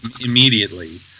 Immediately